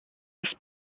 ist